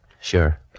Sure